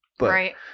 Right